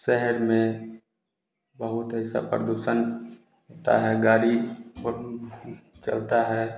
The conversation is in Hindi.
शहर में बहुत ऐसा प्रदूषण होता है गाड़ी चलता है